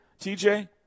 tj